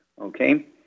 Okay